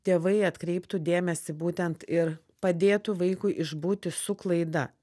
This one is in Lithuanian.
tėvai atkreiptų dėmesį būtent ir padėtų vaikui išbūti su klaida